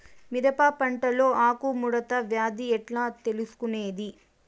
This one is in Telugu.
మిరప పంటలో ఆకు ముడత వ్యాధి ఎట్లా తెలుసుకొనేది?